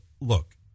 look